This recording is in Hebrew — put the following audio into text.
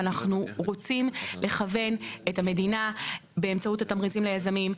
ואנחנו רוצים לכוון את המדינה באמצעות התמריצים ליזמים,